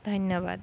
ধন্যবাদ